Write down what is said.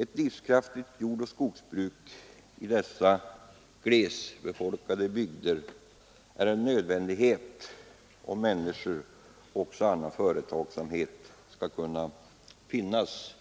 Ett livskraftigt jordoch skogsbruk i dessa glesbefolkade bygder är en nödvändighet för att människor och företag skall kunna finnas